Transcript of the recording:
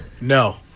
No